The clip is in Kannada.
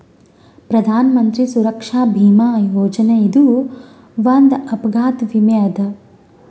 ಪ್ರಧಾನ್ ಮಂತ್ರಿ ಸುರಕ್ಷಾ ಭೀಮಾ ಯೋಜನೆ ಇದು ಒಂದ್ ಅಪಘಾತ ವಿಮೆ ಅದ